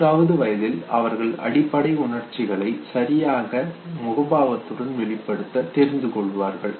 நான்காவது வயதில் அவர்கள் அடிப்படை உணர்ச்சிகளை சரியான முகபாவத்துடன் வெளிப்படுத்த தெரிந்து கொள்வார்கள்